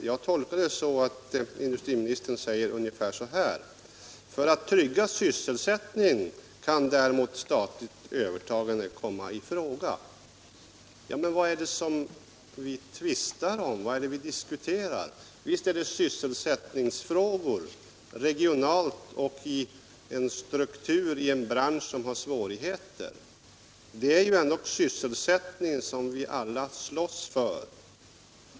Jag tolkade industriministerns uppfattning ungefär så här: För att trygga sysselsättningen kan statligt övertagande komma i fråga. Vad är det vi diskuterar och tvistar om? Visst gäller det regionala sysselsättningsfrågor i en bransch som brottas med svårigheter. Det är dock sysselsättningen som vi alla slåss för.